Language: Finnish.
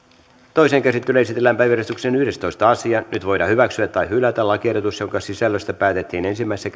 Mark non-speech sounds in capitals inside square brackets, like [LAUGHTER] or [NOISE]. toiseen käsittelyyn esitellään päiväjärjestyksen yhdestoista asia nyt voidaan hyväksyä tai hylätä lakiehdotus jonka sisällöstä päätettiin ensimmäisessä [UNINTELLIGIBLE]